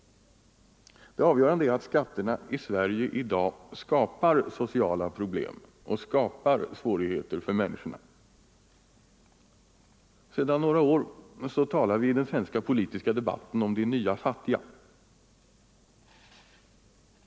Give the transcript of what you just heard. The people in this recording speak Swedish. Det avgörande är att skatterna i Sverige i dag skapar sociala problem och svårigheter för människan. Sedan några år talar vi i den svenska politiska debatten om ”de nya fattiga”.